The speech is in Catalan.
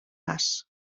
bas